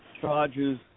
charges